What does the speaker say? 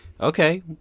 Okay